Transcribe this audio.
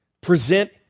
Present